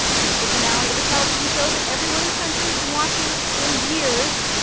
it was the finale of a television show that everyone in the country has been watching for years,